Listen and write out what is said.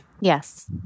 Yes